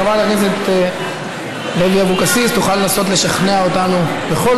חברת הכנסת לוי אבקסיס תוכל לנסות לשכנע אותנו בכל